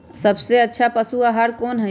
सबसे अच्छा पशु आहार कोन हई?